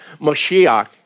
Mashiach